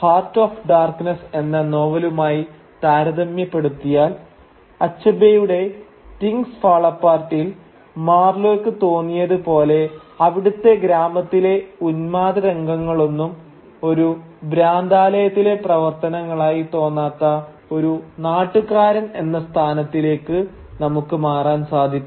heart of Darkness എന്ന നോവലുമായി താരതമ്യപ്പെടുത്തിയാൽ അച്ചബേയുടെ തിങ്സ് ഫാൾ അപ്പാർട്ടിൽ മാർലോയ്ക്ക് തോന്നിയത് പോലെ അവിടുത്തെ ഗ്രാമത്തിലെ ഉന്മാദ രംഗങ്ങളൊന്നും ഒരു ഭ്രാന്താലയത്തിലെ പ്രവർത്തനങ്ങളായി തോന്നാത്ത ഒരു നാട്ടുകാരൻ എന്ന സ്ഥാനത്തിലേക്ക് നമുക്ക് മാറാൻ സാധിക്കും